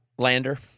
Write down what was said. lander